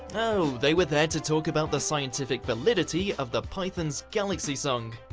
oh, they were there to talk about the scientific validity of the pythons' galaxy song?